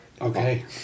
Okay